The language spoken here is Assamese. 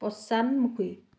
পশ্চাদমুখী